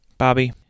Bobby